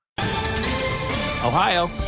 Ohio